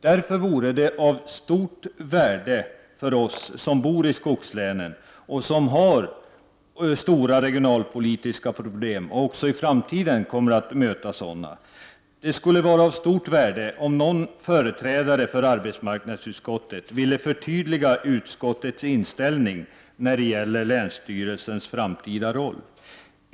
Därför vore det av stort värde för oss som bor i skogslänen och som har stora regionalpolitiska problem och även i framtiden kommer att möta sådana, om någon företrädare för arbetsmarknadsutskottet ville förtydliga utskottets inställning när det gäller länsstyrelsens framtida roll.